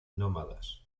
nómadas